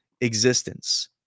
existence